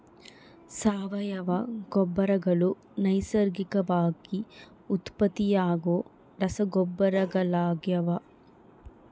ಸಾವಯವ ಗೊಬ್ಬರಗಳು ನೈಸರ್ಗಿಕವಾಗಿ ಉತ್ಪತ್ತಿಯಾಗೋ ರಸಗೊಬ್ಬರಗಳಾಗ್ಯವ